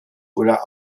oder